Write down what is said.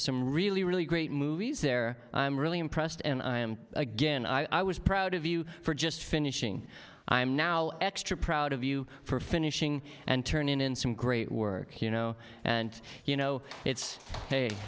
some really really great movies there i'm really impressed and i am again i was proud of you for just finishing i'm now extra proud of you for finishing and turning in some great work you know and you know it's